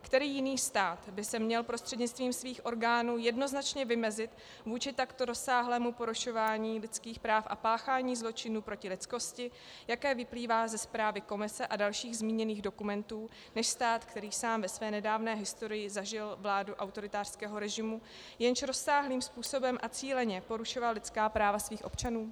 Který jiný stát by se měl prostřednictvím svých orgánů jednoznačně vymezit vůči takto rozsáhlému porušování lidských práv a páchání zločinů proti lidskosti, jaké vyplývá ze strany komise a dalších zmíněných dokumentů, než stát, který sám ve své nedávné historii zažil vládu autoritářského režimu, jenž rozsáhlým způsobem a cíleně porušoval lidská práva svých občanů?